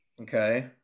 Okay